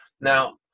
Now